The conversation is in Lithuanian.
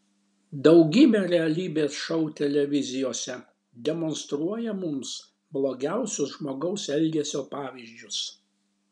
daugybė realybės šou televizijose demonstruoja mums blogiausius žmogaus elgesio pavyzdžius